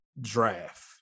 draft